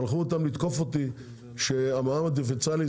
שלחו אותם לתקוף אותי שהמע"מ הדיפרנציאלי